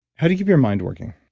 how do you keep your mind working?